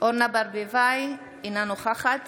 אורנה ברביבאי, אינה נוכחת